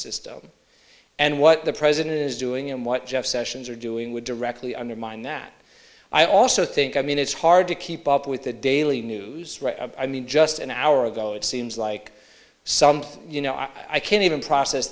system and what the president is doing and what jeff sessions are doing would directly undermine that i also think i mean it's hard to keep up with the daily news i mean just an hour ago it seems like something you know i can't even process